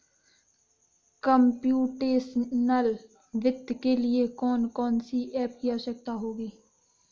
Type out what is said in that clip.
Computational वित्त के लिए कौन कौन सी एप की आवश्यकता होगी?